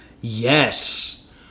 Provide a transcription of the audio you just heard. Yes